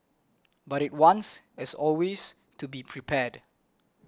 but it wants as always to be prepared